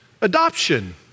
adoption